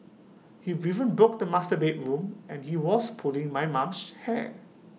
he even broke the master bedroom door and he was pulling my mum's hair